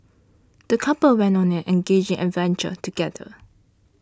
the couple went on an enriching adventure together